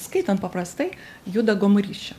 skaitant paprastai juda gomurys čia